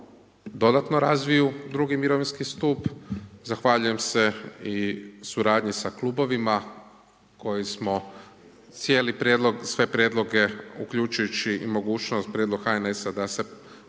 dodatno razviju drugi mirovinski stup. Zahvaljujem se i suradnji sa klubovima koji smo cijeli prijedlog i sve prijedloge uključujući i mogućnost prijedlog HNS-a da se 15%